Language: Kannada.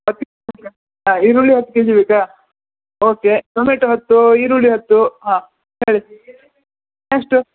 ಆಯ್ತ್ ಈರುಳ್ಳಿ ಹತ್ತು ಕೆ ಜಿ ಬೇಕಾ ಓಕೆ ಟೊಮೆಟೊ ಹತ್ತು ಈರುಳ್ಳಿ ಹತ್ತು ಹಾಂ ಹೇಳಿ ಎಷ್ಟು